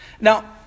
Now